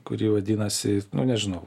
kuri vadinasi nu nežinau